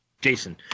Jason